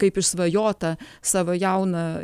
kaip išsvajotą savo jauną